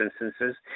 instances